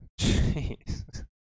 Jeez